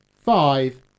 five